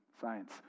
science